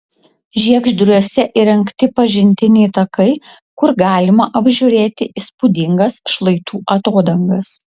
žiegždriuose įrengti pažintiniai takai kur galima apžiūrėti įspūdingas šlaitų atodangas